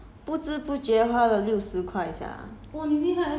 eh 那时昨天我去我去 N_T_U_C